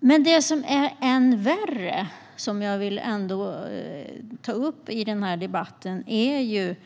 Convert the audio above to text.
Det som är än värre, och som jag vill ta upp i debatten, är